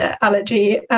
allergy